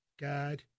God